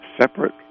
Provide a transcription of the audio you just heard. separate